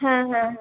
হ্যাঁ হ্যাঁ হ্যাঁ